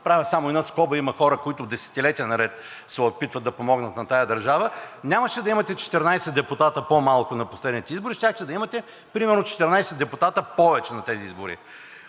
правя само една скоба – има хора, които десетилетия наред се опитват да помогнат на тая държава, нямаше да имате 14 депутати по-малко на последните избори, а щяхте да имате примерно 14 депутати в повече на тези избори.